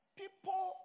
people